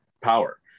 power